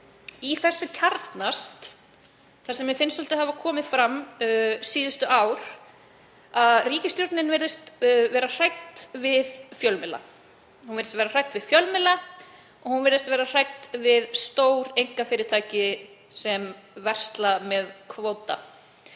Í þessu kjarnast það sem mér finnst svolítið hafa komið fram síðustu ár, að ríkisstjórnin virðist vera hrædd við fjölmiðla. Hún virðist vera hrædd við fjölmiðla og hún virðist vera hrædd við stór einkafyrirtæki sem versla með kvóta.